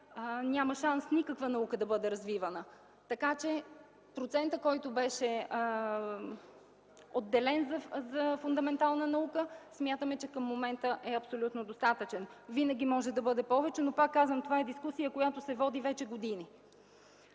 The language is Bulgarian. няма шанс никаква наука да бъде развивана. Така че процентът, който беше отделен за фундаментална наука, смятаме, че към момента е абсолютно достатъчен. Винаги може да бъде повече, но, пак казвам, това е дискусия, която се води вече години.